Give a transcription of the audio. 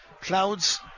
clouds